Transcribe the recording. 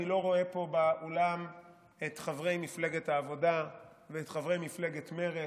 אני לא רואה פה באולם את חברי מפלגת העבודה ואת חברי מפלגת מרצ,